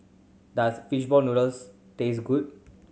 does fish ball noodles taste good